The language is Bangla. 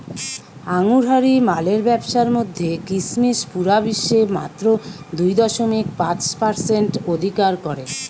আঙুরহারি মালের ব্যাবসার মধ্যে কিসমিস পুরা বিশ্বে মাত্র দুই দশমিক পাঁচ পারসেন্ট অধিকার করে